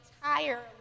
entire